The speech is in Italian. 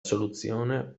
soluzione